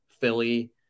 Philly